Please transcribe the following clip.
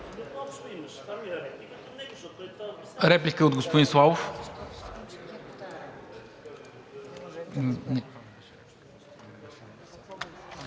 Реплика и от господин Славов.